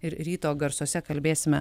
ir ryto garsuose kalbėsime